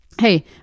Hey